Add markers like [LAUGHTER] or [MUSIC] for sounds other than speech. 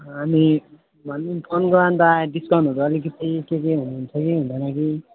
अनि भन्नु न फोन [UNINTELLIGIBLE] डिस्काउन्टहरू अलिकति के के हुन्छ कि हुँदैन कि